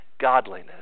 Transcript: godliness